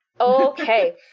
Okay